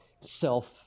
self